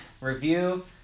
review